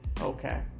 Okay